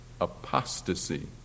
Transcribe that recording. apostasy